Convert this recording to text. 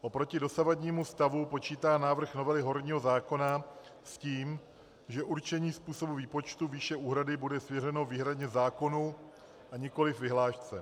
Oproti dosavadnímu stavu počítá návrh novely horního zákona s tím, že určení způsobu výpočtu výše úhrady bude svěřeno výhradně zákonu a nikoliv vyhlášce.